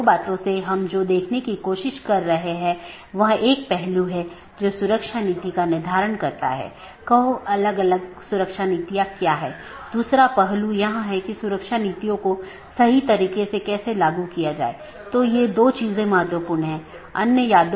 आज हमने जो चर्चा की है वह BGP रूटिंग प्रोटोकॉल की अलग अलग विशेषता यह कैसे परिभाषित किया जा सकता है कि कैसे पथ परिभाषित किया जाता है इत्यादि